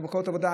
זה מקומות עבודה,